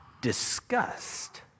disgust